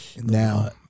Now